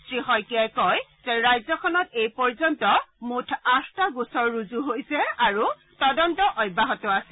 শ্ৰীশইকীয়াই কয় যে ৰাজ্যখনত এই পৰ্যন্ত মূঠ আঠটা গোচৰ ৰুজু কৰা হৈছে আৰু তদন্ত অব্যাহত আছে